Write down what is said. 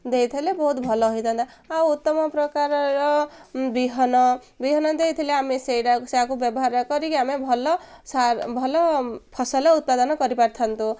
ଦେଇଥିଲେ ବହୁତ ଭଲ ହେଇଥାନ୍ତା ଆଉ ଉତ୍ତମ ପ୍ରକାରର ବିହନ ବିହନ ଦେଇଥିଲେ ଆମେ ସେଇଟା ସେୟାକୁ ବ୍ୟବହାର କରିକି ଆମେ ଭଲ ଭଲ ଫସଲ ଉତ୍ପାଦନ କରିପାରିଥାନ୍ତୁ